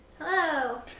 Hello